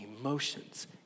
emotions